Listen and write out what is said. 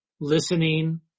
listening